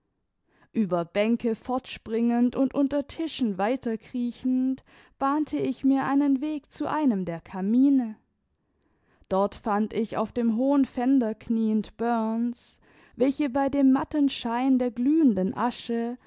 über bänke fortspringend und unter tischen weiterkriechend bahnte ich mir einen weg zu einem der kamine dort fand ich auf dem hohen fender knieend burns welche bei dem matten schein der glühenden asche